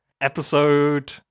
episode